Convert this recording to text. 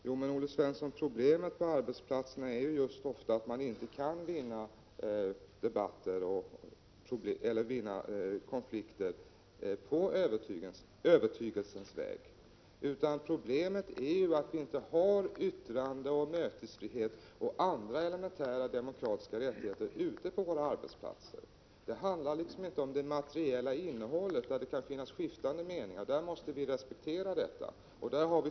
Herr talman! Problemet på arbetsplatserna, Olle Svensson, är ofta just att man inte kan vinna konflikter på övertygelsens väg. Vi har inte yttrandeoch mötesfrihet och andra elementära demokratiska rättigheter ute på våra arbetsplatser. Det handlar liksom inte om det materiella innehållet; där kan det finnas skiftande meningar, och detta måste vi respektera.